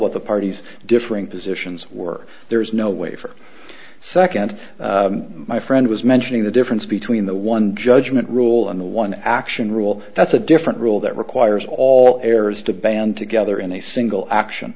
that the parties differing positions were there's no way for a second my friend was mentioning the difference between the one judgment rule and the one action rule that's a different rule that requires all errors to band together in a single action